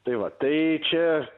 tai va tai čia